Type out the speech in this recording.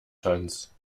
tanz